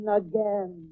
again